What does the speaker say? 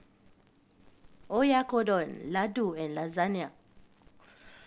Oyakodon Ladoo and Lasagne